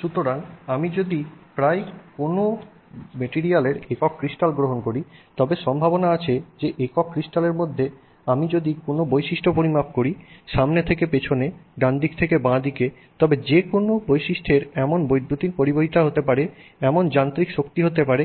সুতরাং আমি যদি প্রায় কোনও মেটেরিয়ালের একক ক্রিস্টাল গ্রহণ করি তবে সম্ভাবনা আছে যে একক ক্রিস্টালের মধ্যে আমি যদি কোনও বৈশিষ্ট্য পরিমাপ করি সামনে থেকে পিছনে ডানদিক থেকে বাঁ দিকে তবে যে কোনও বৈশিষ্ট্যের যেমন বৈদ্যুতিক পরিবাহিতা হতে পারে এটি যান্ত্রিক শক্তি হতে পারে